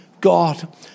God